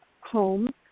home